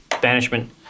Banishment